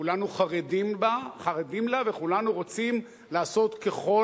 כולנו חרדים לה וכולנו רוצים לעשות ככל